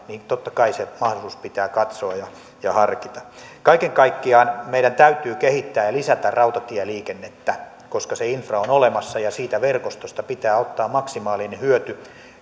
niin totta kai se mahdollisuus pitää katsoa ja ja harkita kaiken kaikkiaan meidän täytyy kehittää ja lisätä rautatieliikennettä koska se infra on olemassa ja siitä verkostosta pitää ottaa maksimaalinen hyöty